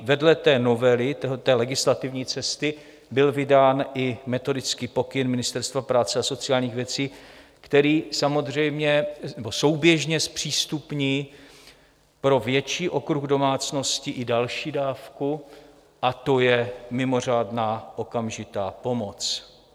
Vedle té novely, té legislativní cesty, byl vydán i metodický pokyn Ministerstva práce a sociálních věcí, který souběžně zpřístupní pro větší okruh domácností i další dávku, a to je mimořádná okamžitá pomoc.